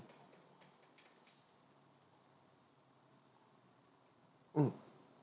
mm